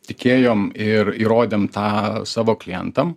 tikėjom ir įrodėm tą savo klientam